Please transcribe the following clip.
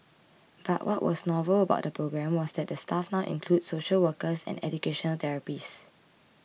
but what was novel about the program was that the staff now included social workers and educational therapists